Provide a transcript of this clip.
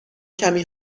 کمی